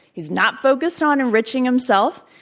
he's not focused on enriching himself.